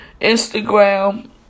Instagram